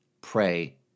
Pray